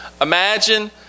Imagine